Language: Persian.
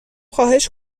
خواهش